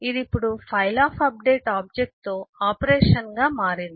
ఇది ఇప్పుడు file of update object తో ఆపరేషన్గా మారింది